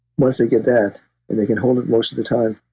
once they get that and they can hold it most of the time,